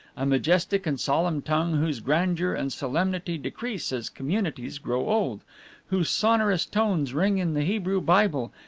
a majestic and solemn tongue whose grandeur and solemnity decrease as communities grow old whose sonorous tones ring in the hebrew bible,